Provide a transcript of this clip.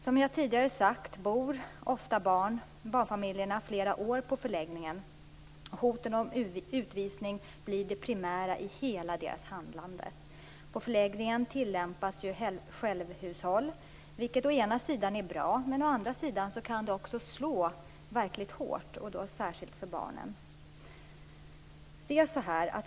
Som jag tidigare sagt bor ofta barnfamiljerna flera år på förläggningen. Hotet om utvisning blir det primära i hela deras handlande. På förläggningen tillämpas självhushåll, vilket å ena sidan är bra. Men å andra sidan kan det slå verkligt hårt, särskilt mot barnen.